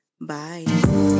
Bye